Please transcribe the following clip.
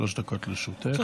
שלוש דקות לרשותך.